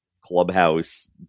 clubhouse